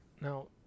Now